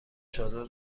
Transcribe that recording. چادر